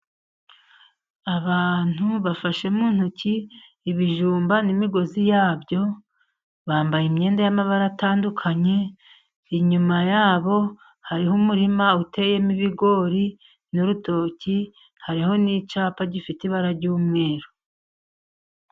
Abantu bafashe mu intoki ibijumba n'imigozi yabyo. Bambaye imyenda y'amabara atandukanye, inyuma yabo hariho umurima uteyemo ibigori n'urutoki, hariho n'icyapa gifite ibara ry'umweru.